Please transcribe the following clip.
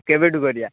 କେବେଠୁ କରିବା